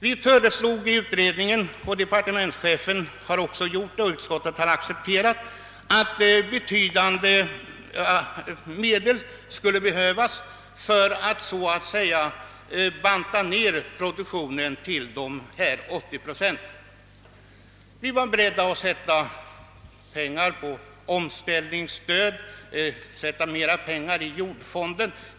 Vi föreslog i utredningen — och det har departementschefen och utskottet accepterat — att betydande medel skulle ställas till förfogande för att banta ned produktionen till 80 procent. Vi var beredda att satsa pengar på ett omställningsstöd i det syftet och att ge mera pengar till jordfonden.